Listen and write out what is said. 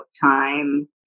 time